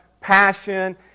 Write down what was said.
passion